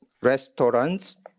restaurants